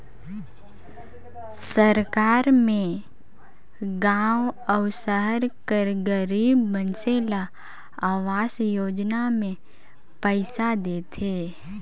सरकार में गाँव अउ सहर कर गरीब मइनसे ल अवास योजना में पइसा देथे